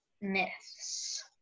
myths